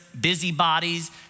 busybodies